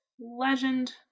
Legend